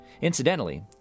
Incidentally